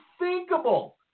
unthinkable